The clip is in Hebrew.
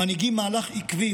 מנהיגים מהלך עקבי,